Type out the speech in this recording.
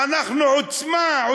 אנחנו עוצמה,